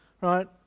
right